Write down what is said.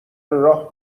راه